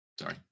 sorry